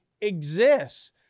exists